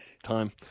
time